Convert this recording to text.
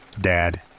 Dad